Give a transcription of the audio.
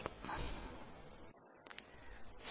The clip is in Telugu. LINSYS1 DESKTOPPublicggvlcsnap 2016 02 29 09h47m03s80